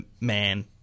man